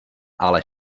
ale